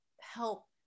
help